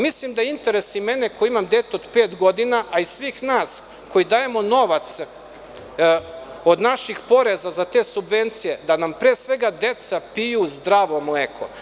Mislim da interesi mene koji imam dete od pet godina, a i svih nas koji dajemo novac od naših poreza za te subvencije, da nam pre svega deca piju zdravo mleko.